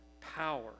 power